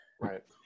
right